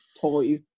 Toy